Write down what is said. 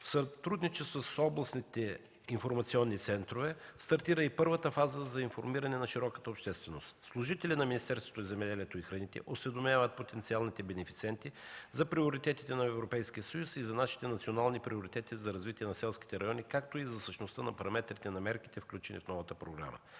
В сътрудничество с областните информационни центрове стартира и първата фаза за информиране на широката общественост. Служители на Министерството на земеделието и храните осведомяват потенциалните бенефициенти за приоритетите на Европейския съюз и за нашите национални приоритети за развитие на селските райони, както и за същността на параметрите на мерките, включени в новата програма.